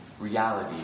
reality